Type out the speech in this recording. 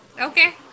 Okay